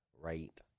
right